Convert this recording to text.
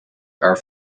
are